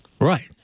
Right